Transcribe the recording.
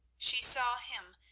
she saw him,